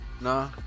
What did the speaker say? Nah